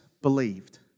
believed